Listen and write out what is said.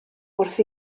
wrth